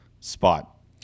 spot